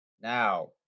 Now